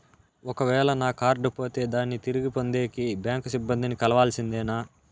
ఒక వేల నా కార్డు పోతే దాన్ని తిరిగి పొందేకి, బ్యాంకు సిబ్బంది ని కలవాల్సిందేనా?